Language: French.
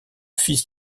fils